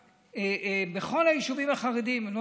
בכל היישובים החרדיים הורידו,